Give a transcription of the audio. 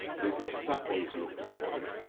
the gestapo is looking for you.